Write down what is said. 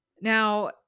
Now